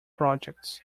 projects